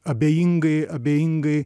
abejingai abejingai